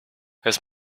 his